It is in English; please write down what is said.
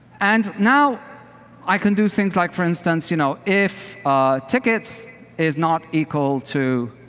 and now i can do things like, for instance, you know if tickets is not equal to